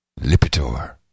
Lipitor